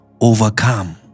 overcome